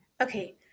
Okay